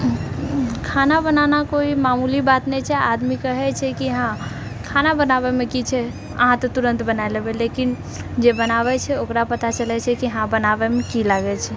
खाना बनाना कोइ मामूली बात नहि छै आदमी कहैत छै कि हाँ खाना बनाबयमऽ की छै अहाँ तऽ तुरन्त बनय लेबय लेकिन जे बनाबय छै ओकरा पता चलैत छै कि हाँ बनाबयमऽ की लागैत छै